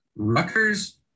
Rutgers